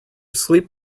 sleep